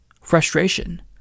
frustration